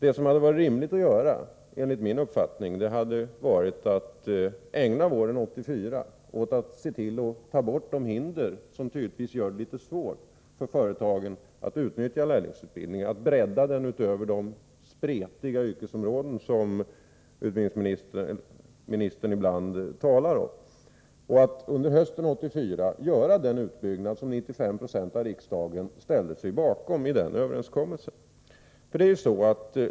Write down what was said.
Vad som hade varit rimligt att göra enligt min uppfattning hade varit att våren 1984 se till att man tar bort de hinder som gör det svårt för företagen att utnyttja lärlingsutbildningen, att bredda den utöver de spretiga yrkesområdén som utbildningsministern ibland talar om och 'att under hösten 1984 genomföra den utbyggnad som 95 90 av riksdagsledamöterna ställde sig bakom i överenskommelsen.